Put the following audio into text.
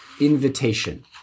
Invitation